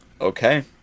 Okay